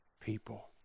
people